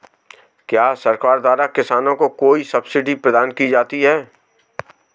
क्या सरकार द्वारा किसानों को कोई सब्सिडी प्रदान की जाती है?